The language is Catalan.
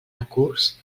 recurs